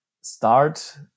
start